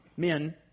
men